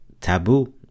taboo